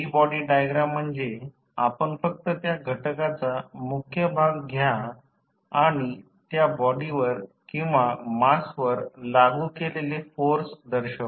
free body diagram म्हणजे आपण फक्त त्या घटकाचा मुख्य भाग घ्या आणि त्या बॉडीवर किंवा मासवर लागू केलेले फोर्स दर्शवा